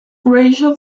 racial